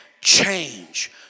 change